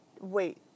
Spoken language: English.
wait